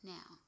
Now